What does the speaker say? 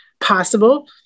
possible